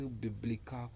biblical